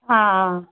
ஆ ஆ